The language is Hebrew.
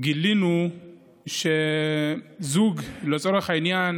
גילינו שזוג שלצורך העניין